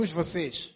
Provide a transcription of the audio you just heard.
vocês